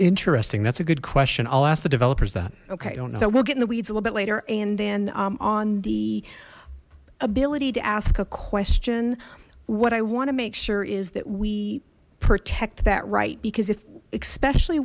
interesting that's a good question i'll ask the developers that okay so we'll get in the weeds a little bit later and then on the ability to ask a question what i want to make sure is that we protect that right because if especially